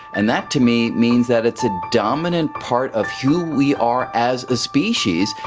and that to me means that it's a dominant part of who we are as a species,